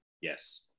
yes